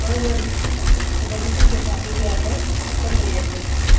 બરાબર છે તો પછી શું કે સાંજ સુધી આપણે કરી લઈએ એડજેસમેન્ટ